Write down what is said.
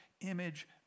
image